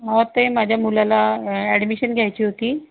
ते माझ्या मुलाला ॲडमिशन घ्यायची होती